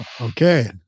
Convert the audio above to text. Okay